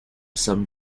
some